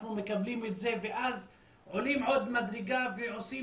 אנחנו מקבלים את זה ואז עולים עוד מדרגה ועושים